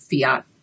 fiat